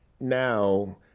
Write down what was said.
Now